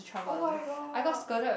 oh-my-god